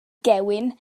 gewyn